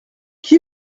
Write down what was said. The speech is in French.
qui